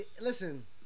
listen